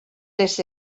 les